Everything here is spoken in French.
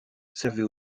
servait